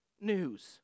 news